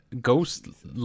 ghost